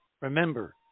remember